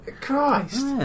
Christ